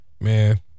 man